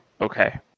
okay